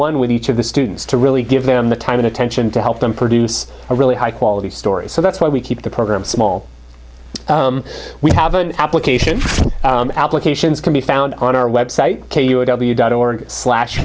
one with each of the students to really give them the time and attention to help them produce a really high quality story so that's why we keep the program small we have an application applications can be found on our website w dot org slash